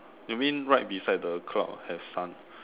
you mean right beside the cloud has sun